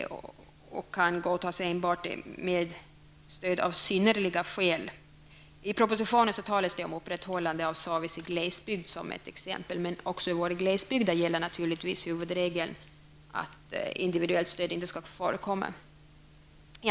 Detta kan godtas enbart med stöd av synnerliga skäl. I propositionen nämns som ett exempel upprätthållande av service i glesbygd. Men också i våra glesbygder gäller naturligtvis huvudregeln att individuellt stöd inte skall få förekomma. Herr talman!